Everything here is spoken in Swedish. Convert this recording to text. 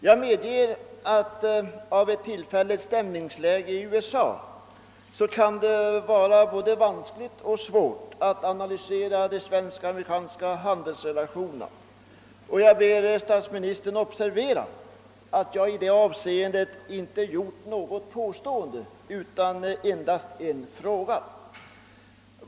Jag medger att det kan vara både vanskligt och svårt att av ett tillfälligt stämningsläge i USA analysera de svensk-amerikanska handelsrelationerna, och jag ber statsministern observera att jag i det avseendet inte har gjort något påstående utan endast framställt en fråga.